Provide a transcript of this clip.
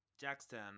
Jackson